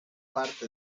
parte